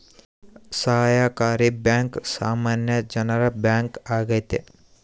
ಸಹಕಾರಿ ಬ್ಯಾಂಕ್ ಸಾಮಾನ್ಯ ಜನರ ಬ್ಯಾಂಕ್ ಆಗೈತೆ